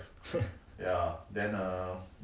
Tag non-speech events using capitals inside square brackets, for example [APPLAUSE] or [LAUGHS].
[LAUGHS]